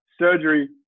surgery